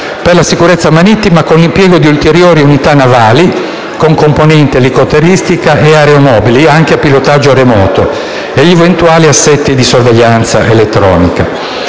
per la sicurezza marittima con l'impiego di ulteriori unità navali, con componente elicotteristica, e aeromobili, anche a pilotaggio remoto, e gli eventuali ulteriori assetti di sorveglianza elettronica.